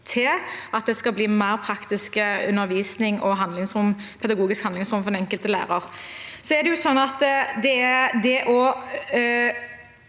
til at det skal bli mer praktisk undervisning og pedagogisk handlingsrom for den enkelte lærer.